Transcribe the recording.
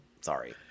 Sorry